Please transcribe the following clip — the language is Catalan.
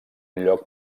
lloc